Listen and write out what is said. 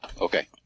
Okay